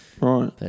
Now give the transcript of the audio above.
Right